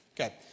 Okay